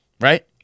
right